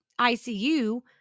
ICU